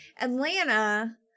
Atlanta